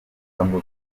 bakobwa